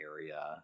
area